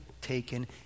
taken